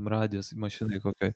radijos mašinoj kokioj